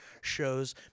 shows